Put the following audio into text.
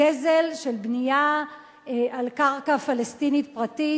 גזל של בנייה על קרקע פלסטינית פרטית.